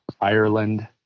Ireland